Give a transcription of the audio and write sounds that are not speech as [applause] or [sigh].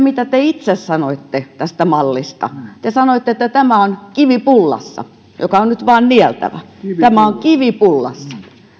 [unintelligible] mitä te itse sanoitte tästä mallista te sanoitte että tämä on kivi pullassa joka on nyt vain nieltävä tämä on kivi pullassa